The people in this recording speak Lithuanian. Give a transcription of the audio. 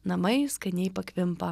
namai skaniai pakvimpa